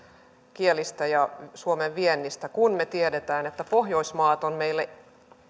kielistä ja suomen viennistä kun me tiedämme että pohjoismaat ovat meille